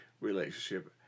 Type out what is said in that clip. relationship